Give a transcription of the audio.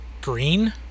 green